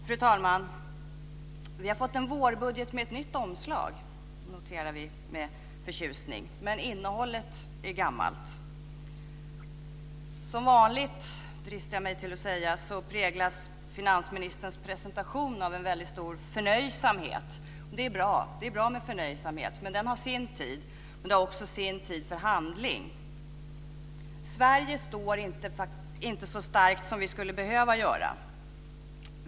Fru talman! Vi har fått en vårbudget med ett nytt omslag. Det noterar vi med förtjusning, men innehållet är gammalt. Som vanligt, dristar jag mig till att säga, präglas finansministerns presentation av en väldigt stor förnöjsamhet. Det är bra med förnöjsamhet, men den har sin tid. Även handling har sin tid. Sverige står inte så starkt som vi skulle behöva göra.